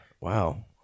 wow